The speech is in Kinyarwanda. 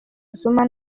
zuma